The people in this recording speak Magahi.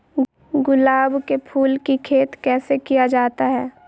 गुलाब के फूल की खेत कैसे किया जाता है?